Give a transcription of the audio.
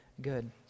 good